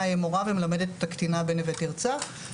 ומלמדת את הקטינה בנווה תרצה.